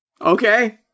Okay